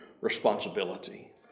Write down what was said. responsibility